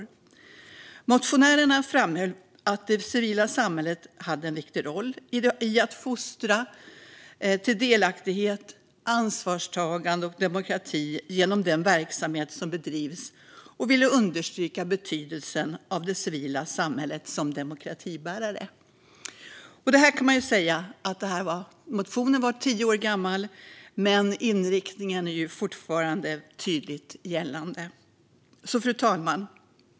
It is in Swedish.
Det civila samhället, inklusive trossamfund Motionärerna framhöll att det civila samhället har en viktig roll i att fostra till delaktighet, ansvarstagande och demokrati genom den verksamhet som bedrivs och ville understryka betydelsen av det civila samhället som demokratibärare. Motionen är tio år gammal, men inriktningen är fortfarande tydligt gällande. Fru talman!